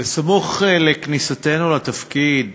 בסמוך לכניסתנו לתפקיד,